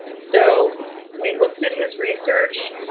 so we looked at his research,